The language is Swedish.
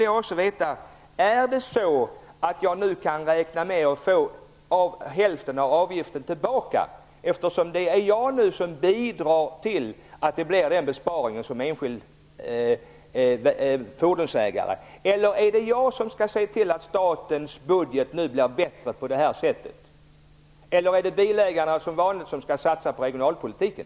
Jag frågade också: Kan jag nu räkna med att få hälften av avgiften tillbaka, eftersom jag nu som enskild fordringsägare bidrar till den här besparingen, eller är det jag som på det här sättet skall se till att statens budget blir bättre? Är det som vanligt bilägarna som skall betala regionalpolitiken?